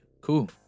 Cool